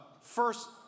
first